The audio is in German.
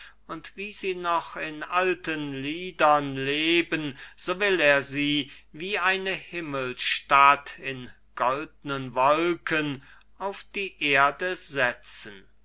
und wie sie noch in alten liedern leben so will er sie wie eine himmelstadt in goldnen wolken auf die erde setzen